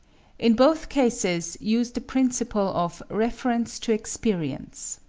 in both cases use the principle of reference to experience.